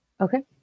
okay